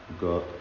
got